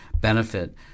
benefit